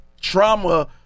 trauma